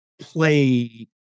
play